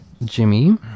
Jimmy